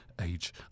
Age